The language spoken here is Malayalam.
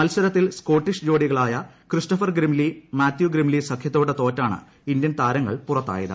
മത്സരത്തിൽ സ്കോട്ടിഷ് ജോഡികളായ ക്രിസ്ട്ടോഫർ ഗ്രിംലി മാത്യു ഗ്രിംലി സഖ്യത്തോട് തോറ്റാണ് ഇന്ത്യൻ താരങ്ങൾ പുറത്തായത്